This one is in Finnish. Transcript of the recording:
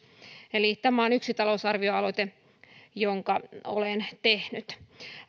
eli tämä on yksi talousarvioaloite jonka olen tehnyt